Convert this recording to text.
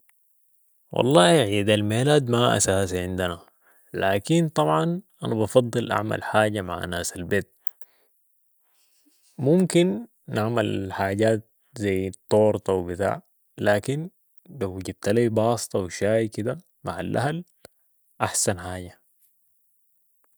والله عيد الميلاد ما أساسي عندنا لكن طبعا أنا بفضل اعمل حاجة مع ناس البيت ممكن نعمل حاجات زي الطورتة و بتاع لكن لو جبت لي باسطة و شاي كدة مع الاهل احسن حاجة